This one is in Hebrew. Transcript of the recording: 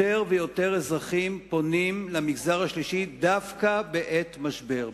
יותר ויותר אזרחים פונים למגזר השלישי דווקא בעת משבר.